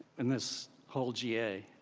in this whole ga.